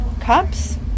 cups